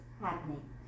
happening